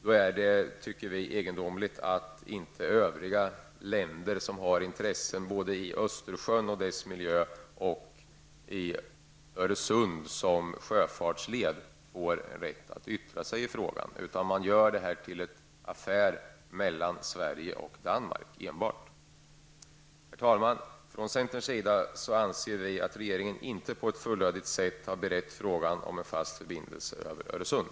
Vi tycker att det är egendomligt att inte övriga länder som har intressen i Östersjön och dess miljö och i Öresund som sjöfartsled får rätt att yttra sig i frågan. Man gör i stället detta till en affär mellan Herr talman! Från centerns sida anser vi att regeringen inte på ett fullödigt sätt har berett frågan om en fast förbindelse över Öresund.